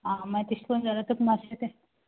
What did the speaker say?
आ तेश कोन जाल्यार तुका मातशें तें